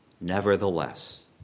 Nevertheless